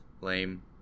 lame